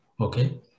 okay